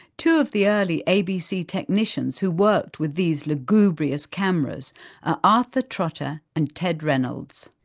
two of the early abc technicians who worked with these lugubrious cameras are arthur trotter and ted reynolds.